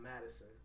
Madison